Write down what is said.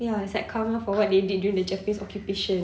ya it's like karma for what they did during the japanese occupation